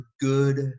good